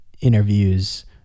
interviews